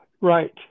Right